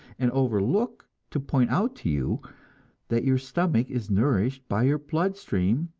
and overlook to point out to you that your stomach is nourished by your blood-stream,